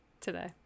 today